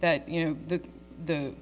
that you know that the